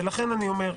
ולכן אני אומר,